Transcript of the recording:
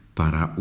para